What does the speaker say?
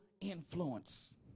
influence